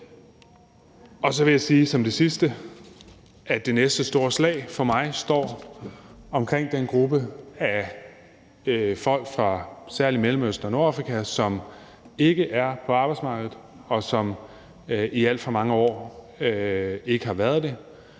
Så vil jeg som det sidste sige, at det næste store slag for mig står omkring den gruppe af folk fra særlig Mellemøsten og Nordafrika, som ikke er på arbejdsmarkedet, og som i alt for mange år ikke har været det.